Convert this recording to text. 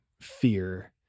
fear